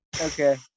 Okay